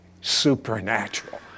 supernatural